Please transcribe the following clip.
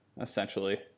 essentially